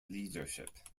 leadership